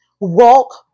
walk